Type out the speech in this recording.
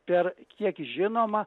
per kiek žinoma